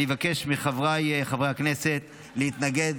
אני אבקש מחבריי חברי הכנסת להתנגד